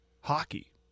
Hockey